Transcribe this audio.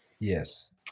Yes